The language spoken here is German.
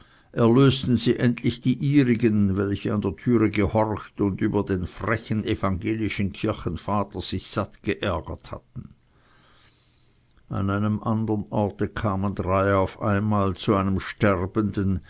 erlösten sie endlich die ihrigen welche an der türe gehorcht und über den frechen evangelischen kirchenvater sich satt geärgert hatten an einem andern orte kamen drei auf einmal zu einem sterbenden